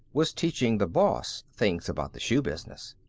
was teaching the boss things about the shoe business.